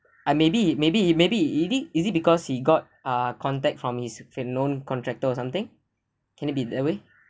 ah maybe maybe maybe is it is it because he got ah contact from his known contractor or something can it be that way